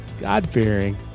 God-fearing